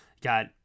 got